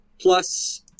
plus